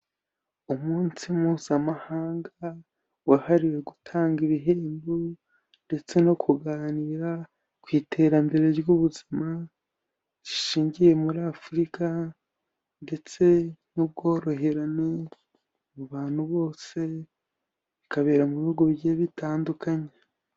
Umunsi mpuzamahanga wahariwe gutanga ibihembo, ndetse no kuganira ku iterambere ry'ubuzima rishingiye muri Afurika, ndetse n'ubworoherane mu bantu bose, bikabera mu bihugu bigiye bitandukanye.